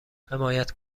حمایت